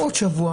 עוד שבוע